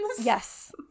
Yes